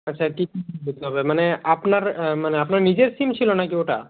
আচ্ছা করতে হবে মানে আপনার মানে আপনার নিজের সিম ছিল না কি ওটা